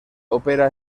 opera